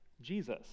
Jesus